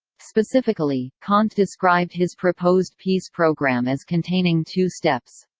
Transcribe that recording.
specifically, kant described his proposed peace program as containing two steps.